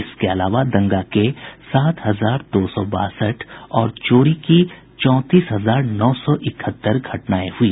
इसके अलावा दंगा के सात हजार दो सौ बासठ और चोरी की चौंतीस हजार नौ सौ इकहत्तर घटनाएं हुई